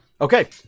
Okay